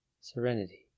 serenity